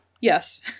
Yes